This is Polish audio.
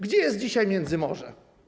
Gdzie jest dzisiaj Międzymorze?